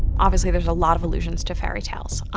obviously there's a lot of allusions to fairy tales.